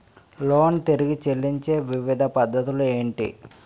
Loan తిరిగి చెల్లించే వివిధ పద్ధతులు ఏంటి?